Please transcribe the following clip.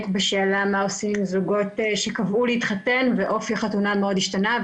בשאלה מה עושים עם זוגות שקבעו להתחתן ואופי החתונה מאוד השתנה,